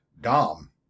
Dom